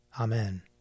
Amen